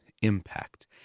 impact